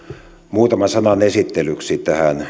muutaman sanan esittelyksi tähän